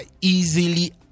easily